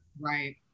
Right